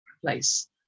place